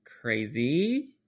crazy